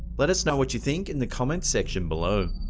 let us know what you think in the comment section below.